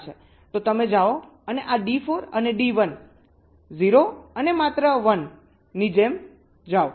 તો તમે જાઓ અને આ D4 અને D1 0 અને માત્ર 1 ની જેમ જાવ